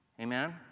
Amen